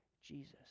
Jesus